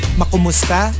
makumusta